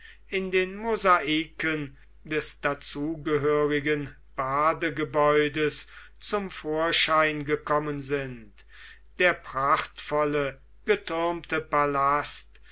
in den mosaiken des dazugehörigen badegebäudes zum vorschein gekommen sind der prachtvolle getürmte palast